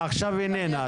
עכשיו איננה.